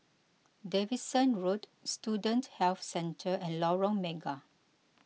Davidson Road Student Health Centre and Lorong Mega